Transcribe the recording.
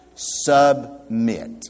Submit